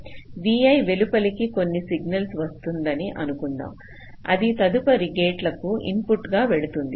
vi వెలుపలకి కొన్ని signal వస్తుందని అనుకుందాం అది తదుపరి గేట్లకు ఇన్పుట్గగా వెళ్తుంది